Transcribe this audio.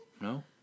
No